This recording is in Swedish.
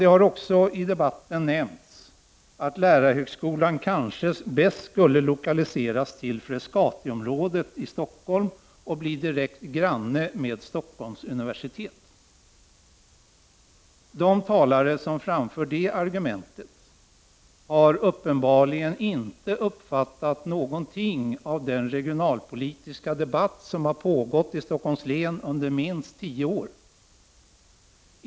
Det har också i debatten nämnts att lärarhögskolan kanske helst borde lokaliseras till Frescatiområdet i Stockholm och bli direkt granne med Stockholms universitet. De talare som framför det argumentet har uppenbarligen inte uppfattat någonting av den regionalpolitiska debatt som har pågått i Stockholms län under minst tio år.